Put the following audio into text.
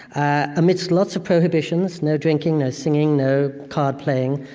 amidst lots of prohibitions, no drinking, no singing, no card playing.